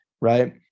right